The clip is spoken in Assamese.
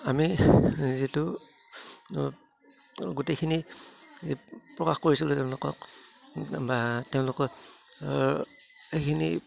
আমি যিটো গোটেইখিনি প্ৰকাশ কৰিছিলোঁ তেওঁলোকক বা তেওঁলোকক সেইখিনি